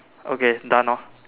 okay done hor